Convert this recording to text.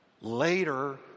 Later